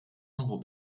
novel